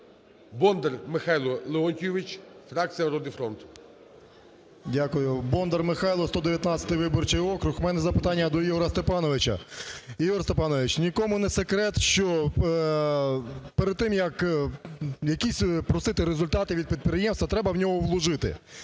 Бондар Михайло Леонтійович, фракція "Народний фронт". 10:35:18 БОНДАР М.Л. Дякую. Бондар Михайло, 119-й виборчий округ. У мене запитання до Ігоря Степановича. Ігор Степанович, нікому не секрет, що перед тим, як якісь просити результати від підприємства, треба в нього вложити.